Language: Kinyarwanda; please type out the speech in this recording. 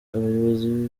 abayobozi